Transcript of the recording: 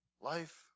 Life